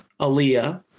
Aaliyah